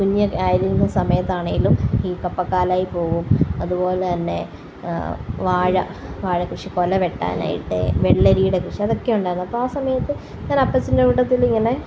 കുഞ്ഞിൽ ആയിരുന്ന സമയത്താണേലും ഈ കപ്പക്കാലായില് പോകും അതുപോലെ തന്നെ വാഴ വാഴകൃഷി കുല വെട്ടാനായിട്ട് വെള്ളരിയുടെ കൃഷി അതൊക്കെയുണ്ടായിരുന്നു അപ്പോൾ ആ സമയത്ത് ഞാന് അപ്പച്ചന്റെ കൂടത്തില് ഇങ്ങനെ